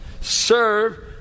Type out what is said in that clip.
Serve